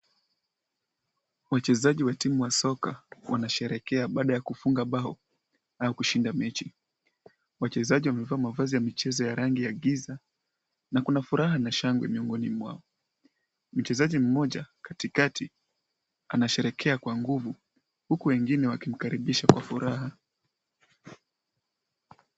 Wachezaji wa timu wa soka wanasherehekea baada ya kufunga bao au kushinda mechi. Wachezaji wamevaa mavazi ya michezo ya rangi ya giza na kuna furaha na shangwe miongoni mwao. Mchezaji mmoja katikati anasherehekea kwa nguvu huku wengine wakimkaribisha kwa furaha.